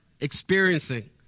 experiencing